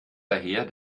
daher